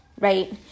Right